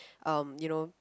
um you know